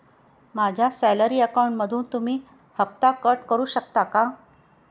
माझ्या सॅलरी अकाउंटमधून तुम्ही हफ्ता कट करू शकता का?